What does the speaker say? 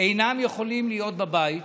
אינם יכולים להיות בבית,